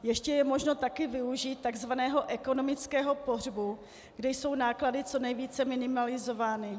Ještě je možno také využít tzv. ekonomického pohřbu, kdy jsou náklady co nejvíce minimalizovány.